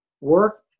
work